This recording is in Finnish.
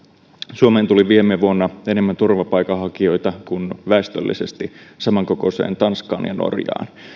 suomeen tuli viime vuonna enemmän turvapaikanhakijoita kuin väestöllisesti samankokoisiin tanskaan ja norjaan